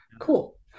Cool